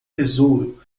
tesouro